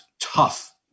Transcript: tough